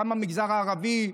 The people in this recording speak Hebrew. גם עם המגזר הערבי,